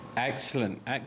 Excellent